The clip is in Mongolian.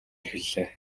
эхэллээ